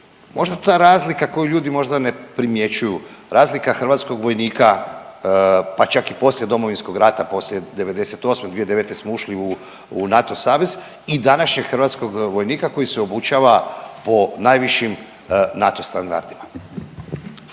Možda ta razlika koju ljudi možda ne primjećuju, razlika hrvatskog vojnika pa čak i poslije Domovinskog rata poslije '98., 2009. smo ušli u NATO savez i današnjeg hrvatskog vojnika koji se obučava po najvišim NATO standardima.